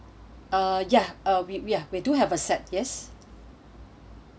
uh ya uh we we we do have a set yes